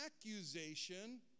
accusation